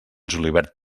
julivert